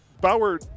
Bauer